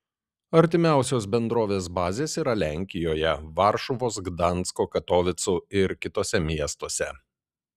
artimiausios bendrovės bazės yra lenkijoje varšuvos gdansko katovicų ir kituose miestuose